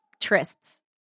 trysts